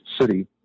City